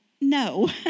no